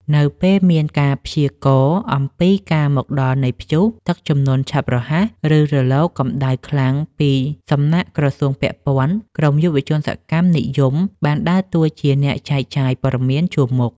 នៅពេលមានការព្យាករណ៍អំពីការមកដល់នៃព្យុះ ទឹកជំនន់ឆាប់រហ័ស ឬរលកកម្ដៅខ្លាំងពីសំណាក់ក្រសួងពាក់ព័ន្ធ ក្រុមយុវជនសកម្មនិយមបានដើរតួជា អ្នកចែកចាយព័ត៌មានជួរមុខ។